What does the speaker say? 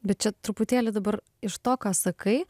bet čia truputėlį dabar iš to ką sakai